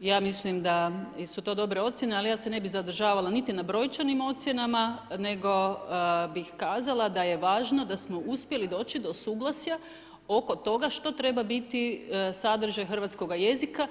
ja mislim da su to dobre ocjene, ali ja se ne bih zadržavala niti na brojčanim ocjenama, nego bih kazala da je važno da smo uspjeli doći do suglasja oko toga što treba biti sadržaj hrvatskoga jezika.